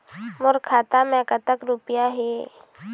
मोर खाता मैं कतक रुपया हे?